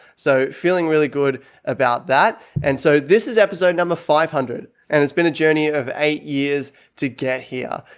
so feeling really good about that. and so this is episode number five hundred and it's been a journey of eight years to get here.